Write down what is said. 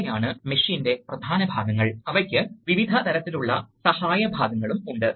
അതുപോലെ നിങ്ങൾക്ക് flow control വാൽവുകളുണ്ട്